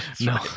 No